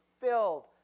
filled